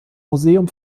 museum